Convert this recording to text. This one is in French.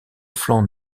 flanc